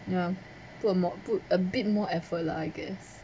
ya put a more put a bit more effort lah I guess